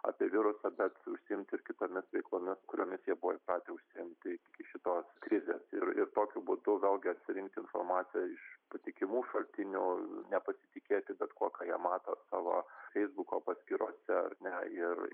apie virusą bet užsiimti ir kitomis veiklomis kuriomis jie buvo įpratę užsiimti iki šito krizės ir ir tokiu būdu vėl gi atsirinkti informaciją iš patikimų šaltinių nepasitikėti bet kuo ką jie mato savo feisbuko paskyrose ar ne ir